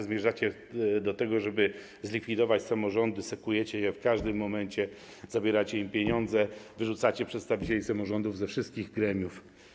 Zmierzacie do tego, żeby zlikwidować samorządy, sekujecie je w każdym momencie, zabieracie im pieniądze, wyrzucacie przedstawicieli samorządów ze wszystkim gremiów.